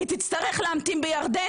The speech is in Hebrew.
היא תצטרך להמתין בירדן,